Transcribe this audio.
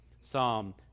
Psalm